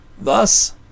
Thus